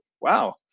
wow